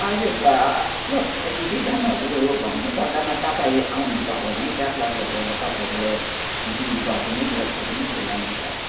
हजुर अब डिजाइनहरू भन्नुपर्दामा तपाईँ आउनुभयो भने क्याटलग हेरेर तपाईँले दिनुभयो भने जस्तो पनि सिलाइन्छ